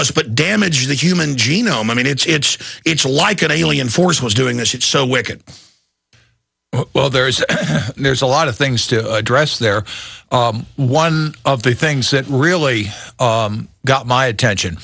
us but damage the human genome i mean it's it's like an alien force was doing this it's so wicked well there is there's a lot of things to address there one of the things that really got my attention